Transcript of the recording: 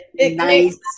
nice